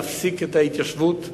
להפסיק את ההתיישבות ביהודה,